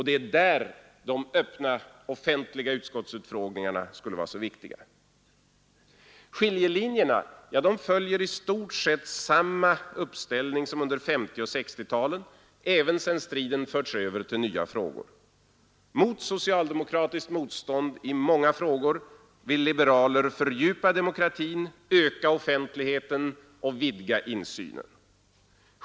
Det är där de öppna, offentliga utskottsutfrågningarna skulle vara så viktiga. Skiljelinjerna följer i stort sett samma uppställning som under 1950 och 1960-talen, även sedan striden förts över till nya frågor. Mot socialdemokratiskt motstånd i många frågor vill liberaler fördjupa demokratin, öka offentligheten och vidga insynen.